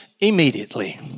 immediately